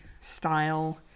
style